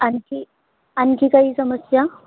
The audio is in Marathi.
आणखी आणखी काही समस्या